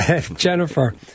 Jennifer